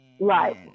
Right